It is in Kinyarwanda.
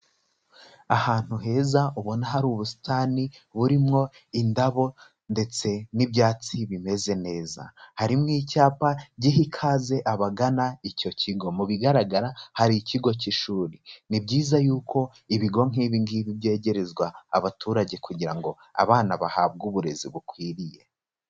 Ahantu heza ubona hari ubusitani burimo indabo ndetse n'ibyatsi bimeze neza. Harimo icyapa giha ikaze abagana icyo kigo. Mu bigaragara hari ikigo k'ishuri Ni byiza yuko ibigo nk'ibi ngibi byegerezwa abaturage kugira ngo abana bahabwe uburezi bukwiriye.